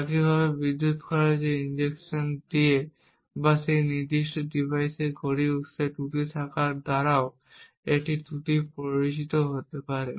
একইভাবে বিদ্যুত খরচে ইনজেকশন দিয়ে বা সেই নির্দিষ্ট ডিভাইসের ঘড়ির উৎসে ত্রুটি থাকার দ্বারাও একটি ত্রুটি প্ররোচিত হতে পারে